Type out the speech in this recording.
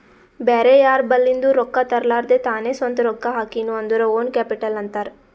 ಬ್ಯಾರೆ ಯಾರ್ ಬಲಿಂದ್ನು ರೊಕ್ಕಾ ತರ್ಲಾರ್ದೆ ತಾನೇ ಸ್ವಂತ ರೊಕ್ಕಾ ಹಾಕಿನು ಅಂದುರ್ ಓನ್ ಕ್ಯಾಪಿಟಲ್ ಅಂತಾರ್